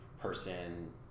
person